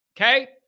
okay